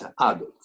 adults